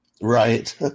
Right